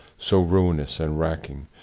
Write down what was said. so ruinous and racking,